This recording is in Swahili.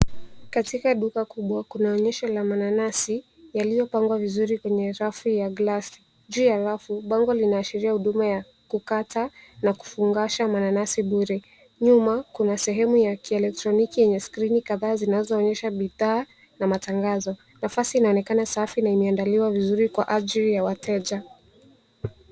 Katika duka kubwa kuna onyesho la mananasi, yaliyopangwa vizuri kwenye rafu ya glasi. Juu ya rafu, bango linaashiria huduma ya kukata na kufungasha mananasi bure. Nyuma, kuna sehemu ya kielektroniki yenye skrini kadhaa, zinazoonyesha bidhaa na matangazo. Nafasi inaonekana safi na imeandaliwa vizuri kwa ajili ya wateja.